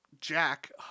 Jack